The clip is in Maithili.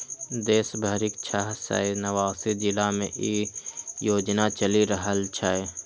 देश भरिक छह सय नवासी जिला मे ई योजना चलि रहल छै